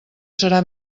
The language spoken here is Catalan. serà